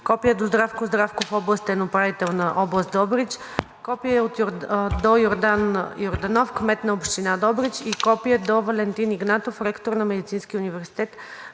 копие до Здравко Здравков – областен управител на област Добрич, копие до Йордан Йорданов – кмет на община Добрич, и копие до д-р Валентин Игнатов – ректор на Медицински университет